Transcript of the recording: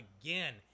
again